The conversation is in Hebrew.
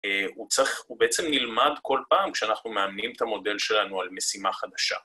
הוא צריך... הוא בעצם נלמד כל פעם כשאנחנו מאמנים את המודל שלנו על משימה חדשה.